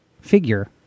figure